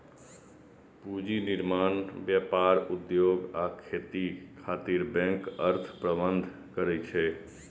पूंजी निर्माण, व्यापार, उद्योग आ खेती खातिर बैंक अर्थ प्रबंधन करै छै